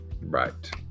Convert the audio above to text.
Right